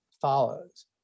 follows